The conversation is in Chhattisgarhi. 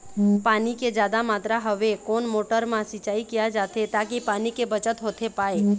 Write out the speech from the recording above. पानी के जादा मात्रा हवे कोन मोटर मा सिचाई किया जाथे ताकि पानी के बचत होथे पाए?